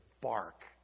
bark